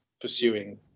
pursuing